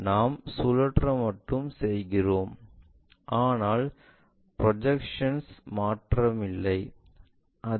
நாம் சுழற்ற மட்டும் செய்கிறோம் ஆனால் ப்ரொஜெக்ஷன் மாற்றவில்லை